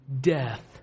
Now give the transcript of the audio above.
death